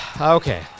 okay